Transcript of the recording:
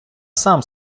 сам